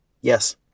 yes